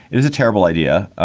it was a terrible idea,